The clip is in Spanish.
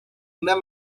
una